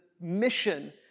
mission